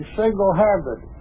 single-handed